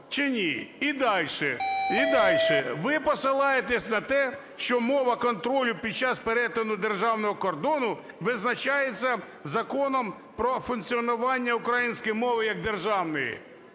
дальше. І дальше ви посилаєтесь на те, що мова контролю під час перетину державного кордону визначається Законом про функціонування української мови як державної.